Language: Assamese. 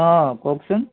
অঁ কওকচোন